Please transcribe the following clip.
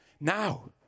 now